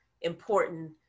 important